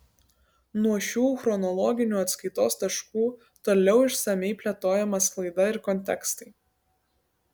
nuo šių chronologinių atskaitos taškų toliau išsamiai plėtojama sklaida ir kontekstai